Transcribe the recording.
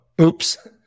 oops